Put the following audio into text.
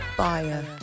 fire